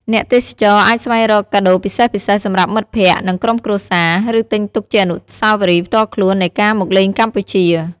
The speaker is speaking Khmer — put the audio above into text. អ្នកទេសចរអាចស្វែងរកកាដូពិសេសៗសម្រាប់មិត្តភក្តិ និងក្រុមគ្រួសារ ឬទិញទុកជាអនុស្សាវរីយ៍ផ្ទាល់ខ្លួននៃការមកលេងកម្ពុជា។